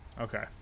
Okay